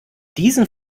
diesen